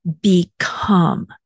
become